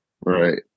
Right